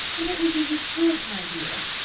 and it will do you good, my dear,